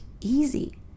easy